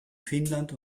finnland